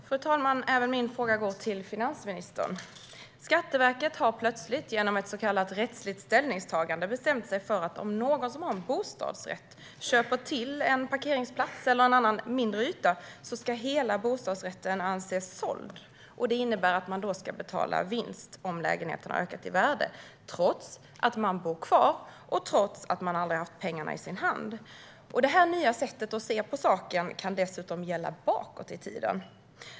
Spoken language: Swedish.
Fru talman! Även min fråga är till finansministern. Skatteverket har plötsligt genom ett så kallat rättsligt ställningstagande bestämt sig för att om någon som har en bostadsrätt köper till en parkeringsplats eller en annan mindre yta ska hela bostadsrätten anses såld. Det innebär att man ska betala skatt på vinsten om lägenheten har ökat i värde - trots att man bor kvar och trots att man aldrig har haft pengarna i sin hand. Detta nya sätt att se på saken kan dessutom gälla bakåt i tiden.